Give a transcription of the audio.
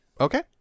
Okay